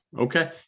okay